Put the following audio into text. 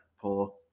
poor